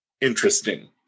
interesting